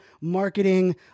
marketing